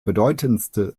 bedeutendste